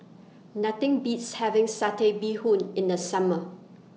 Nothing Beats having Satay Bee Hoon in The Summer